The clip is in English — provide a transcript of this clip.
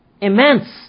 Immense